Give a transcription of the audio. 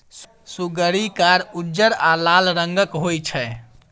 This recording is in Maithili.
सुग्गरि कार, उज्जर आ लाल रंगक होइ छै